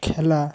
খেলা